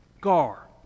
gar